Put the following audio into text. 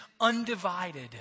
undivided